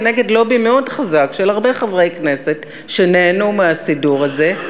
כנגד לובי מאוד חזק של הרבה חברי כנסת שנהנו מהסידור הזה,